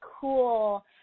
cool